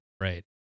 Right